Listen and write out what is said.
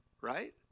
right